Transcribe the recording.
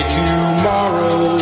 tomorrow